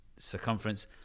Circumference